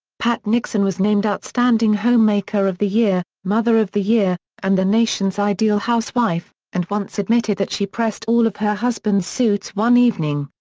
pat nixon was named outstanding homemaker of the year, mother of the year, and the nation's ideal housewife, and once admitted that she pressed all of her husband's suits one evening.